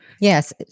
Yes